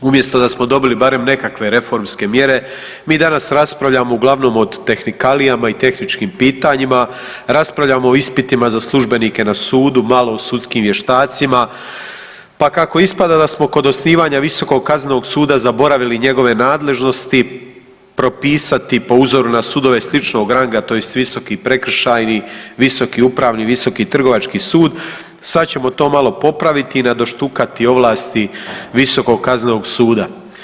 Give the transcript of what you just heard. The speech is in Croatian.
Umjesto da smo dobili barem nekakve reformske mjere mi danas raspravljamo uglavnom o tehnikalijama i tehničkim pitanjima, raspravljamo o ispitima za službenike na sudu, malo o sudskim vještacima, pa kako ispada da smo kod osnivanja visokog kaznenog suda zaboravili njegove nadležnosti propisati po uzoru na sudove sličnog ranga tj. visoki prekršajni, visoki upravni, visoki trgovački sud, sad ćemo to malo popraviti i nadoštukati ovlasti visokog kaznenog suda.